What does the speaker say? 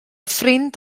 ffrind